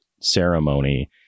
ceremony